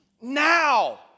Now